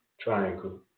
triangle